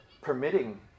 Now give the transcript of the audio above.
permitting